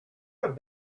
have